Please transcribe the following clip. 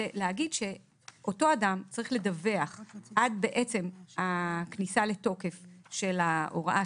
זה להגיד שאותו אדם צריך לדווח עד בעצם הכניסה לתוקף של ההוראה,